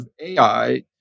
AI